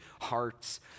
hearts